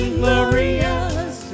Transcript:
glorious